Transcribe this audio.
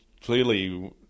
clearly